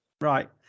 Right